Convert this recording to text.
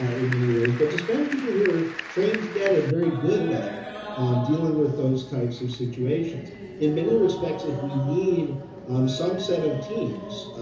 ah in many ways, but to spend people who are trained at it very good at at dealing with those types of situations in many respects if we need um some set of teams.